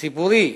הציבורי,